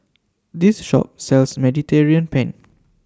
This Shop sells Mediterranean Penne